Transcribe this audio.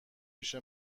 پیش